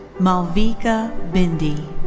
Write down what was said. malavika bindhi.